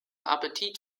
appetit